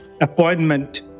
appointment